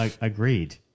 Agreed